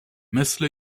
مثل